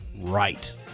right